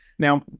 Now